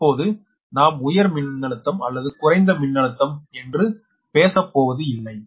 இப்போது நாம் உயர் மின்னழுத்தம் அல்லது குறைந்த அழுத்தம் என்று பேசப்போவதில்லை